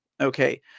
Okay